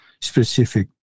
specific